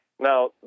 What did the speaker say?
Now